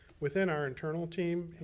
within our internal team, and